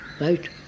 right